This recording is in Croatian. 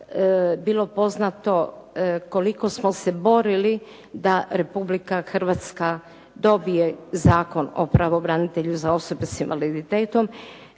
bilo poznato koliko smo se borili da Republika Hrvatska dobije Zakon o pravobranitelju za osobe s invaliditetom